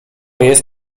jest